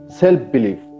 self-belief